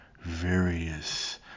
various